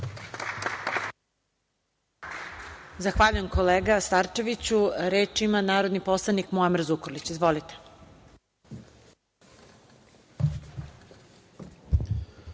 Zahvaljujem, kolega Starčeviću. Reč ima narodni poslanik Muamer Zukorlić. Izvolite.